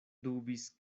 dubis